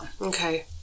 Okay